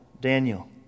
Daniel